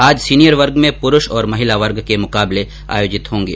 आज सीनियर वर्ग में पुरूष और महिला वर्ग के मुकाबले आयोजित होंगे